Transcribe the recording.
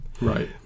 Right